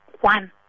one